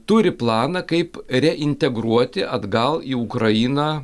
turi planą kaip reintegruoti atgal į ukrainą